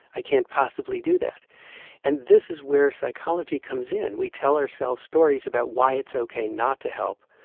i can't possibly do that and this is where psychology comes in. we tell ourselves stories about why it's ok not to help,